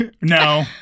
No